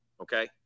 Okay